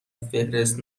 فهرست